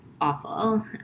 awful